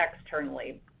externally